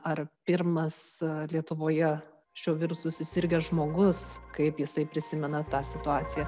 ar pirmas lietuvoje šiuo virusu susirgęs žmogus kaip jisai prisimena tą situaciją